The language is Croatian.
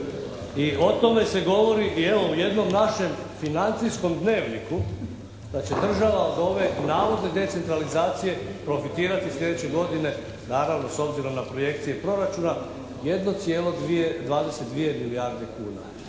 i o tome se govori i evo u jednom našem financijskom dnevniku da će država od ove navodne decentralizacije profitirati slijedeće godine naravno s obzirom na projekcije proračuna jedno